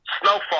Snowfall